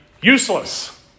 useless